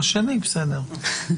השני בסדר.